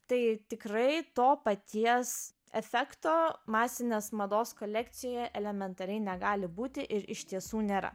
tai tikrai to paties efekto masinės mados kolekcija elementariai negali būti ir iš tiesų nėra